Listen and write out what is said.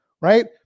right